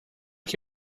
que